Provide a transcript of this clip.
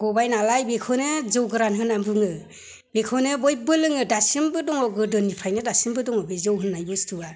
गबाय नालाय बेखौनो जौ गोरान होननानै बुङो बेखौनो बयबो लोङो दासिमबो दङ गोदोनिफ्रायनो दासिमबो दङ बे जौ होननाय बुस्तुआ